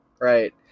right